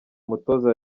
umutoza